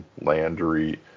Landry